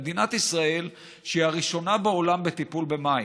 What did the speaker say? במדינת ישראל, שהיא הראשונה בעולם בטיפול במים,